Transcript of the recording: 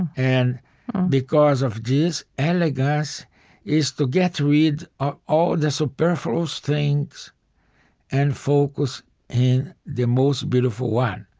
and because of this, elegance is to get rid of all the superfluous things and focus in the most beautiful one.